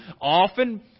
often